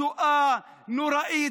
שואה נוראית,